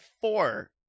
four